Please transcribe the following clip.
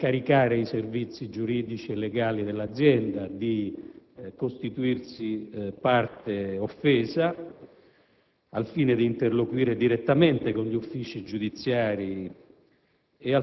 ad incaricare i servizi giuridici e legali dell'Azienda di costituirsi parte offesa, al fine di interloquire direttamente con gli uffici giudiziari